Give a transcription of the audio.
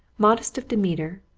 modest of demeanour,